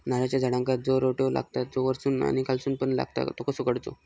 नारळाच्या झाडांका जो रोटो लागता तो वर्सून आणि खालसून पण लागता तो कसो काडूचो?